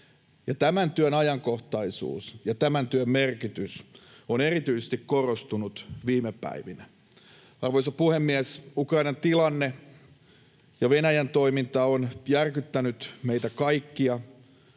Tämän työn ajankohtaisuus ja tämän työn merkitys ovat erityisesti korostuneet viime päivinä. Arvoisa puhemies! Ukrainan tilanne ja Venäjän toiminta ovat järkyttäneet meitä kaikkia.